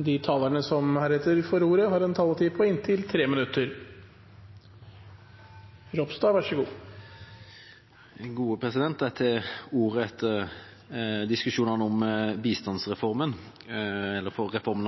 De talere som heretter får ordet, har en taletid på inntil 3 minutter. Jeg tar ordet etter diskusjonen om reformen